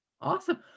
Awesome